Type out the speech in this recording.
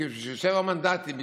עם שבעה מנדטים,